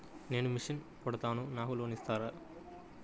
నేను మిషన్ కుడతాను నాకు లోన్ ఇస్తారా?